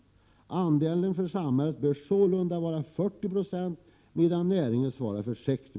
1987/88:134 samhället bör sålunda vara 40 96 medan näringen svarar för 60 90.